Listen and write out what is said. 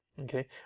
okay